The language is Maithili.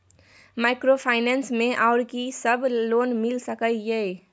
माइक्रोफाइनेंस मे आर की सब लोन मिल सके ये?